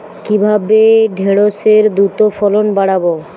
কিভাবে ঢেঁড়সের দ্রুত ফলন বাড়াব?